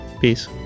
Peace